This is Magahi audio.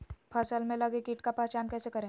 फ़सल में लगे किट का पहचान कैसे करे?